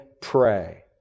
pray